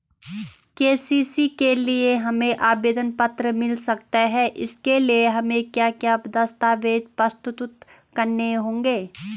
KCC के लिए हमें आवेदन पत्र मिल सकता है इसके लिए हमें क्या क्या दस्तावेज़ प्रस्तुत करने होंगे?